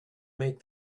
make